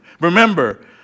Remember